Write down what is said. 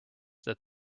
that